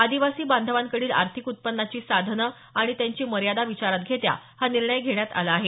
आदिवासी बांधवांकडील आर्थिक उत्पन्नाची साधनं आणि त्यांची मर्यादा विचारात घेता हा निर्णय घेण्यात आला आहे